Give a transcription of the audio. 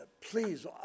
please